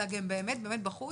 אלא גם באמת באמת בחוץ,